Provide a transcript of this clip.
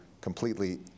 completely